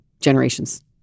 generations